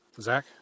Zach